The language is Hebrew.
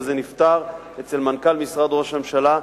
זה נפתר אצל מנכ"ל משרד ראש הממשלה,